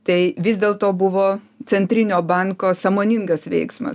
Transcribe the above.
tai vis dėlto buvo centrinio banko sąmoningas veiksmas